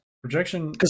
Projection